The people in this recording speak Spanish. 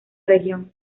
región